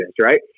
right